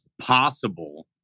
possible